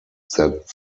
that